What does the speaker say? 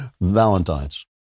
valentines